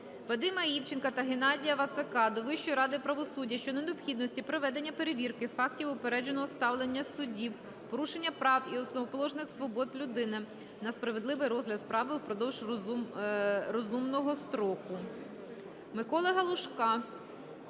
Вадима Івченка та Геннадія Вацака до Вищої ради правосуддя щодо необхідності проведення перевірки фактів упередженого ставлення суддів, порушення прав і основоположних свобод людини на справедливий розгляд справи упродовж розумного строку.